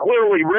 clearly